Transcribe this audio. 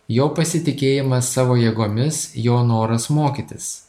jo pasitikėjimą savo jėgomis jo noras mokytis